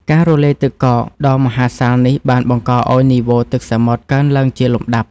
ការរលាយទឹកកកដ៏មហាសាលនេះបានបង្កឱ្យនីវ៉ូទឹកសមុទ្រកើនឡើងជាលំដាប់។